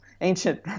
ancient